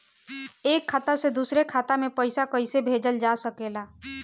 एक खाता से दूसरे खाता मे पइसा कईसे भेजल जा सकेला?